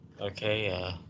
Okay